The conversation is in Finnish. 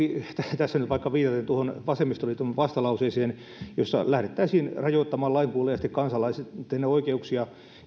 tässä nyt vaikka viitaten tuohon vasemmistoliiton vastalauseeseen jossa lähdettäisiin rajoittamaan lainkuuliaisten kansalaisten oikeuksia